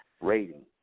rating